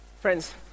Friends